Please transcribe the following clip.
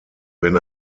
wenn